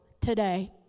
today